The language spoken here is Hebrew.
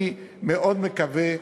אני מאוד מקווה,